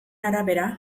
arabera